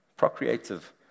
procreative